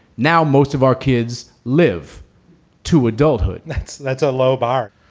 now, most of our kids live to adulthood that's that's a low bar.